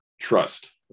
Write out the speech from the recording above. trust